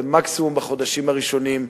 ומקסימום בחודשים הראשונים,